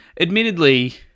admittedly